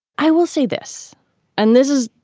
i will say this and this is,